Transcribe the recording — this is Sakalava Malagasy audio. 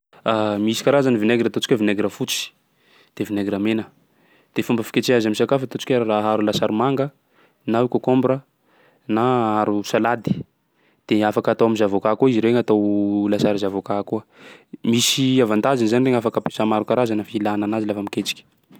Misy karazany vinaigra, ataontsika hoe vinaigra fotsy, de vinaigra mena de fomba fiketreha azy am'sakafo ataontsika hoe la- aharo lasary manga na concombre na aharo salady de afaka atao am'zavôkà koa izy regny atao lasary zavôkà koa. Misy avantageny zany regny afaka ampiasà maro karazany amin'ny filana anazy lafa miketriky.